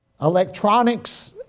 electronics